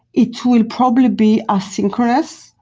it will probably be asynchronous.